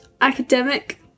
Academic